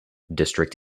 district